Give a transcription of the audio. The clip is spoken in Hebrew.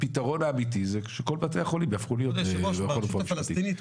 הפתרון האמיתי שכל בתי החולים יהפכו להיות המכון לרפואה משפטית,